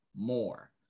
more